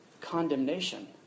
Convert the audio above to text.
condemnation